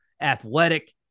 athletic